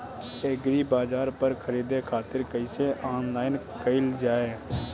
एग्रीबाजार पर खरीदे खातिर कइसे ऑनलाइन कइल जाए?